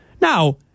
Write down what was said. Now